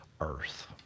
earth